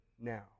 now